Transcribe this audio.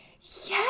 Yes